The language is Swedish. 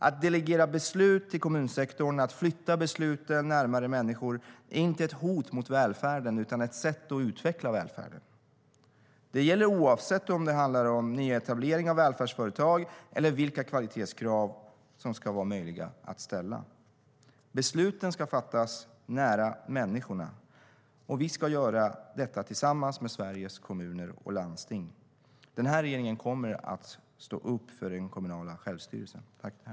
Att delegera beslut till kommunsektorn och att flytta besluten närmare människor är inte ett hot mot välfärden utan ett sätt att utveckla välfärden. Det gäller oavsett om det handlar om nyetablering av välfärdsföretag eller vilka kvalitetskrav som ska vara möjliga att ställa. Besluten ska fattas nära människorna. Vi ska göra detta tillsammans med Sveriges Kommuner och Landsting. Den här regeringen kommer att stå upp för den kommunala självstyrelsen.